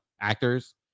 actors